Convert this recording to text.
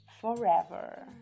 forever